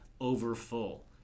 overfull